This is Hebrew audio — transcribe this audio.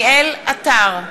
עטר,